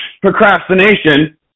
procrastination